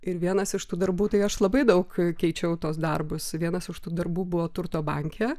ir vienas iš tų darbų tai aš labai daug keičiau tuos darbus vienas iš tų darbų buvo turto banke